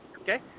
Okay